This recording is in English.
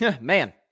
man